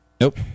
Nope